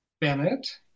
Bennett